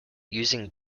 using